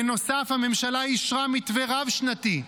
בנוסף, הממשלה אישרה מתווה רב-שנתי,